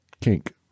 kink